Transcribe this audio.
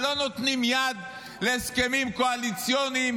לא נותנים יד להסכמים קואליציוניים